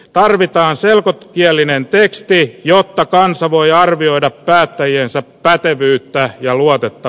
tarvitaan selkokielinen teksti jotta kansa voi arvioida päättäjiensä pätevyyttä ja luotettu